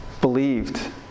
believed